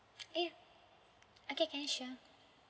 ya okay can sure